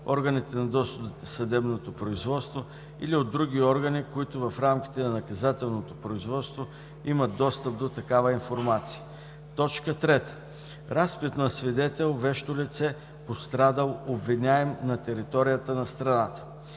органите на досъдебното производство или от други органи, които в рамките на наказателно производство имат достъп до такава информация; 3. разпит на свидетел, вещо лице, пострадал, обвиняем на територията на страната;